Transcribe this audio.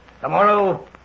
Tomorrow